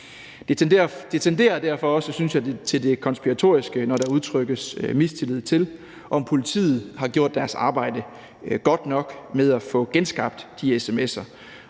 Det tenderer derfor også til det konspiratoriske, synes jeg, når der udtrykkes mistillid, i forhold til om politiet har gjort deres arbejde med at få genskabt de sms'er